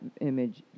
image